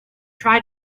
try